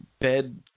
bed